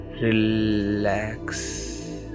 Relax